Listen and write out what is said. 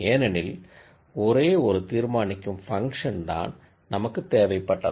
ஏனெனில் ஒரே ஒரு தீர்மானிக்கும் ஃபங்ஷன்தான் நமக்குத் தேவைப்பட்டது